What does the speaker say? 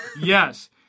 Yes